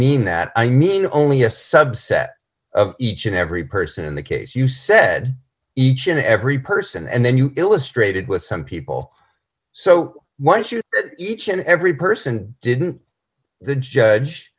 mean that i mean only a subset of each and every person in the case you said each and every person and then you illustrated with some people so why should each and every person didn't the judge